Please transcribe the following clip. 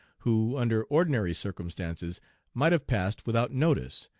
who under ordinary circumstances might have passed without notice,